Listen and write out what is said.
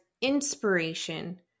inspiration